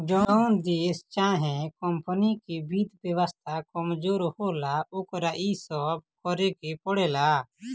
जोन देश चाहे कमपनी के वित्त व्यवस्था कमजोर होला, ओकरा इ सब करेके पड़ेला